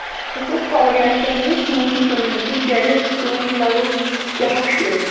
أسۍ ٲسۍ کۄلگامی پیٚٹھ أسۍ ٲسۍ ژوٗنٹھۍ کٔنٕنۍ أسۍ ٲسۍ گرِ ژوٗنٹھۍ لگ بھگ شیٚے ہَتھ پیٹہِ